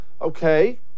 Okay